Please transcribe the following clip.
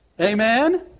Amen